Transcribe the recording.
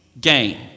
gain